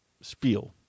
spiel